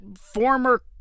former